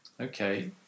Okay